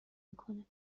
میکنه